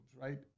right